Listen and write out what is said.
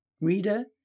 Reader